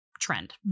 trend